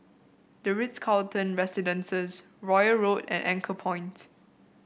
the Ritz Carlton Residences Royal Road and Anchorpoint